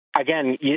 Again